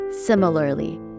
Similarly